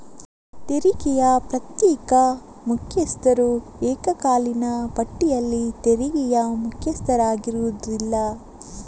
ತೆರಿಗೆಯ ಪ್ರತ್ಯೇಕ ಮುಖ್ಯಸ್ಥರು ಏಕಕಾಲೀನ ಪಟ್ಟಿಯಲ್ಲಿ ತೆರಿಗೆಯ ಮುಖ್ಯಸ್ಥರಾಗಿರುವುದಿಲ್ಲ